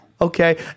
Okay